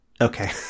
Okay